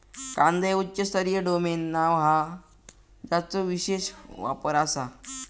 कांदा हे उच्च स्तरीय डोमेन नाव हा ज्याचो विशेष वापर आसा